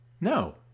No